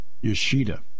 Yoshida